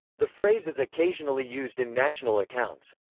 the phrase is occasionally used in national accounts.